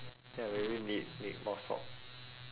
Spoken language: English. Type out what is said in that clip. ya maybe need need more salt